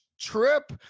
Trip